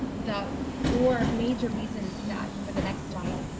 the four major reasons that for the next slide